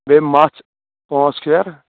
بیٚیہِ مَژھ پانٛژھ پھیرٕ